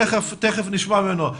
תיכף נשמע ממנו.